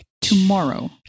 tomorrow